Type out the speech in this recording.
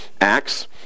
Acts